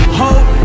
hope